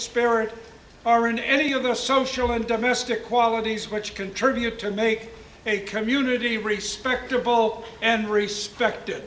spirit are in any of the social and domestic qualities which contribute to make a community respectable and respected